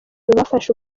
bafashe